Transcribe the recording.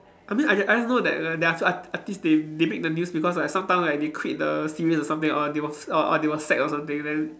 I mean I just I just know that that there are art~ artistes they they make the news because like sometimes like they quit the series or something or they were or or they were sacked or something then